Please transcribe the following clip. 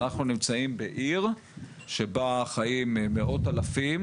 אנחנו נמצאים בעיר שבה חיים מאות אלפים